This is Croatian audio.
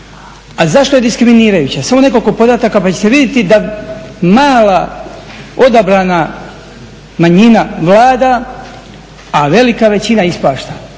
A zašto je diskriminirajuća, samo nekoliko podataka pa ćete vidjeti da mala odabrana manjina vlada, a velika većina ispašta.